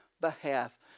behalf